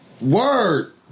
Word